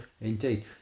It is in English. Indeed